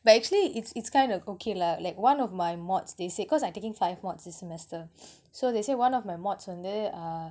but actually it's it's kind of okay lah like one of my mods they said cause I'm taking five mods this semester so they say one of my mods வந்து:vanthu uh